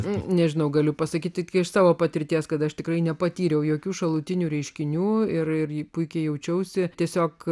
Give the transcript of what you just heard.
nežinau galiu pasakyti kai iš savo patirties kad aš tikrai nepatyriau jokių šalutinių reiškinių ir puikiai jaučiausi tiesiog